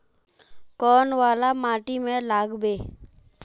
कौन वाला माटी में लागबे?